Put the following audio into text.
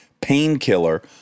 Painkiller